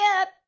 up